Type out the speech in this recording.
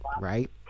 right